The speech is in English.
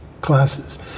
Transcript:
classes